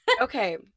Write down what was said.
okay